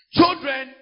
Children